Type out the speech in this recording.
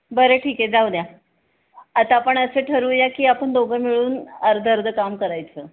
बरं ठीक आहे जाऊ द्या आता आपण असं ठरवूया की आपण दोघं मिळून अर्ध अर्ध काम करायचं